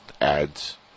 ads